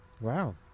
wow